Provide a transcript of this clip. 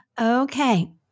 Okay